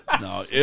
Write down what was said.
no